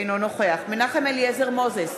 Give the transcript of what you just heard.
אינו נוכח מנחם אליעזר מוזס,